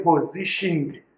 positioned